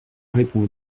répond